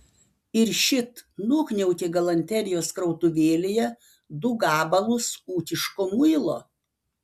ir šit nukniaukė galanterijos krautuvėlėje du gabalus ūkiško muilo